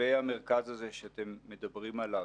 לגבי המרכז שאתם מדברים עליו.